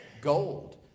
gold